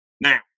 Now